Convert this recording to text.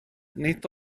nid